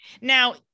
Now